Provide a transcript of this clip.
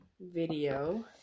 video